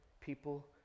people